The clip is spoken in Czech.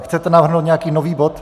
Chcete navrhnout nějaký nový bod?